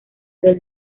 del